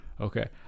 Okay